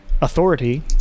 authority